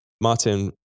Martin